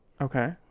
Okay